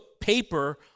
paper